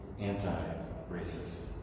anti-racist